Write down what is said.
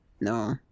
No